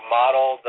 model